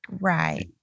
right